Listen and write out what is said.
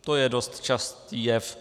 To je dost častý jev.